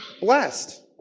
blessed